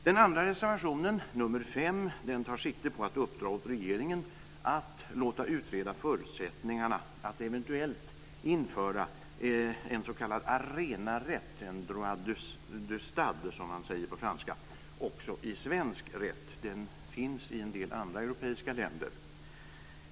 Den andra reservationen, nr 5, tar sikte på att uppdra åt regeringen att låta utreda förutsättningarna att eventuellt införa en s.k. arenarätt, droit de stade, som man säger på franska, också i svensk rätt. Den finns i en del andra europeiska länder.